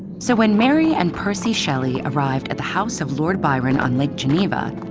so when mary and percy shelley arrived at the house of lord byron on lake geneva,